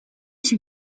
you